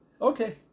Okay